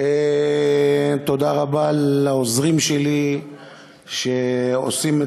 תודה רבה לעוזרים שלי שעושים,